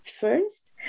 first